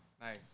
Nice